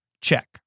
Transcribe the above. check